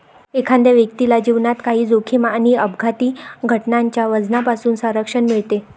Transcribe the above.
एखाद्या व्यक्तीला जीवनात काही जोखीम आणि अपघाती घटनांच्या वजनापासून संरक्षण मिळते